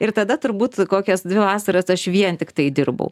ir tada turbūt kokias dvi vasaras aš vien tiktai dirbau